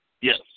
Yes